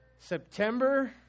September